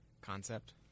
concept